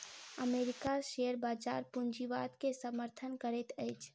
अमेरिकी शेयर बजार पूंजीवाद के समर्थन करैत अछि